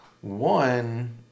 one